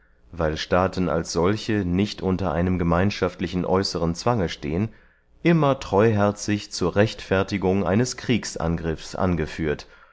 weil staaten als solche nicht unter einem gemeinschaftlichen äußeren zwange stehen immer treuherzig zur rechtfertigung eines kriegsangriffs angeführt